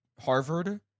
Harvard